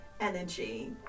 energy